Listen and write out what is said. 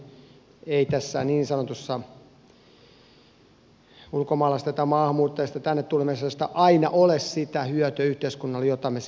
tältä osin ei tästä niin sanotusta ulkomaalaisten tai maahanmuuttajien tänne tulemisesta aina ole yhteiskunnalle sitä hyötyä jota me sillä tavoittelemme